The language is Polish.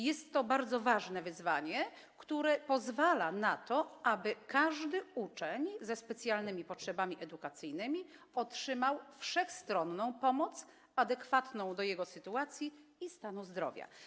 Jest to bardzo ważne wyzwanie, które pozwala na to, aby każdy uczeń ze specjalnymi potrzebami edukacyjnymi otrzymał wszechstronną pomoc, adekwatną do jego sytuacji i stanu zdrowia.